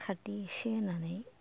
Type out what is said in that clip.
खारदै एसे होनानै